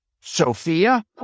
Sophia